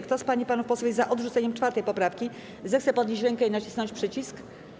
Kto z pań i panów posłów jest za odrzuceniem 4. poprawki, zechce podnieść rękę i nacisnąć przycisk.